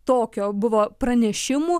tokio buvo pranešimų